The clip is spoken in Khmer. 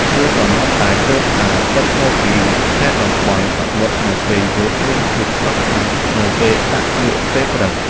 គ្រឿងសមុទ្រដែលទើបតែដឹកមកពីខេត្តតំបន់សមុទ្រនៅពេលយប់មានភាពស្រស់ខ្លាំងនៅពេលដាក់លក់ពេលព្រឹក។